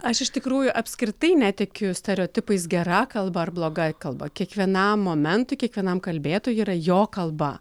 aš iš tikrųjų apskritai netikiu stereotipais gera kalba ar bloga kalba kiekvienam momentui kiekvienam kalbėtojui yra jo kalba